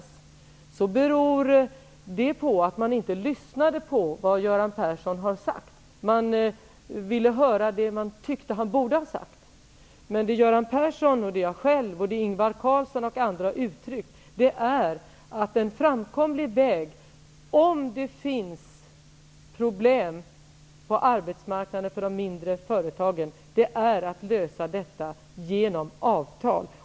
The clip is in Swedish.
Att han säger det beror på att man inte har lyssnat på vad Göran Persson har sagt, att man ville höra det man tyckte att han borde ha sagt. Det Göran Persson, jag själv, Ingvar Carlsson och andra har uttryckt är att en framkomlig väg för att lösa problem som kan finnas för de mindre företagen på arbetsmarknaden är avtal.